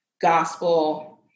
Gospel